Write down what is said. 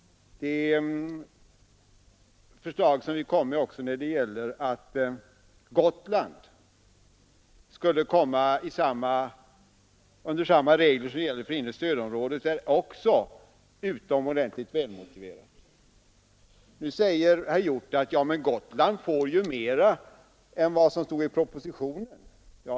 Det förslag som vi kom med om att Gotland skulle komma i åtnjutande av samma regler som gäller för det inre stödområdet är också mycket välmotiverat. Nu säger herr Hjorth att Gotland får mera än vad som angavs i propositionen.